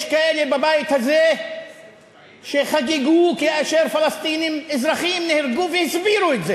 יש כאלה בבית הזה שחגגו כאשר פלסטינים אזרחים נהרגו והסבירו את זה